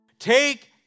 Take